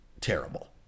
terrible